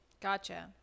Gotcha